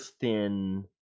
thin